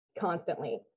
constantly